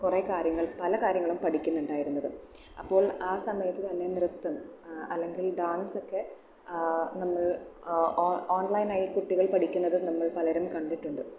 കുറേ കാര്യങ്ങൾ പല കാര്യങ്ങളും പഠിക്കുന്നുണ്ടായിരുന്നത് അപ്പോൾ ആ സമയത്ത് തന്നെ നൃത്തം അല്ലെങ്കിൽ ഡാൻസൊക്കെ നമ്മൾ ഓൺലൈനായി കുട്ടികൾ പഠിക്കുന്നത് നമ്മൾ പലരും കണ്ടിട്ടുണ്ട്